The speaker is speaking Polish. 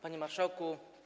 Panie Marszałku!